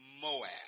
Moab